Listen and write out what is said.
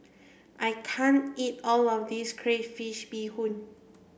I can't eat all of this crayfish Beehoon